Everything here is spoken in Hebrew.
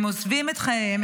הם עוזבים את חייהם,